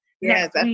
yes